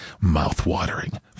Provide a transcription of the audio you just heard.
Mouth-watering